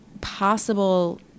possible